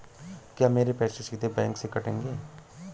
क्या मेरे पैसे सीधे बैंक से कटेंगे?